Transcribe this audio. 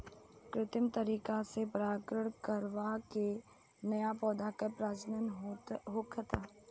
कृत्रिम तरीका से परागण करवा के न्या पौधा के प्रजनन होखता